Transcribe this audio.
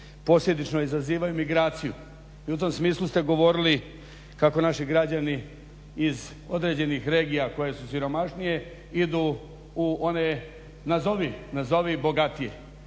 posljedično izazivaju migraciju i u tom smislu ste govorili kako naši građani iz određenih regija koje su siromašnije idu u one nazovi bogatije.